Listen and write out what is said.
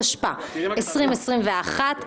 התשפ"א-2021,